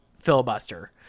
filibuster